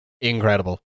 incredible